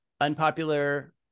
unpopular